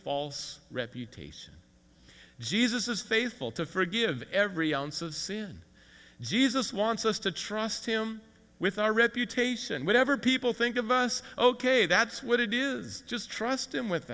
false reputation jesus is faithful to forgive every ounce of soon jesus wants us to trust him with our reputation whatever people think of us ok that's what it is just trust him with